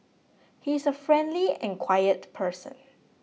he is a friendly and quiet person